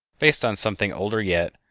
based on something older yet,